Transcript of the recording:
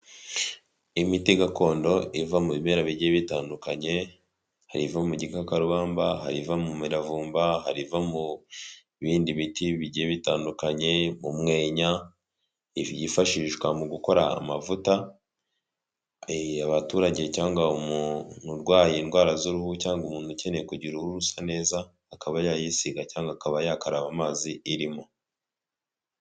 Imiti gakondo iva mu bimera bigiye bitandukanye, hari iva mu gikakarubamba, hari iva mu miravumba, hariv iva mu bindi biti bigiye bitandukanye, umwenya yifashishwa mu gukora amavuta abaturage cyangwa umuntu urwaye indwara z'uruhu cyangwa umuntu ukeneye kugira uruhu rusa neza akaba yayisiga cyangwa akaba yakaraba amazi irimo.